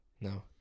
No